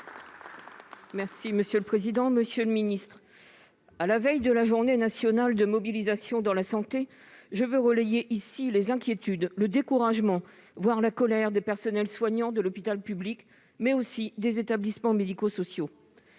des solidarités et de la santé, à la veille de la journée nationale de mobilisation dans la santé, je veux relayer ici les inquiétudes, le découragement, voire la colère des personnels soignants de l'hôpital public, mais aussi des établissements médico-sociaux.